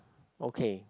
okay